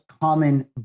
common